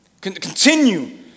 Continue